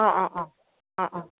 অঁ অঁ অঁ অঁ অঁ